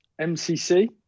MCC